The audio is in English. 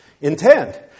intent